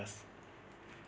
बस